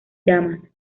llamas